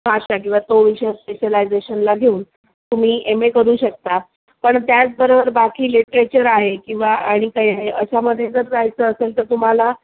भाषा किंवा तो विषय स्पेशलायझेशनला घेऊन तुम्ही एम ए करू शकता पण त्याचबरोबर बाकी लिट्रेचर आहे किंवा आणि काही आहे अशामध्ये जर जायचं असेल तर तुम्हाला